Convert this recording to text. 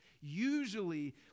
usually